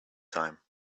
time